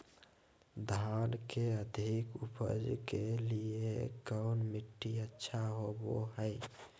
धान के अधिक उपज के लिऐ कौन मट्टी अच्छा होबो है?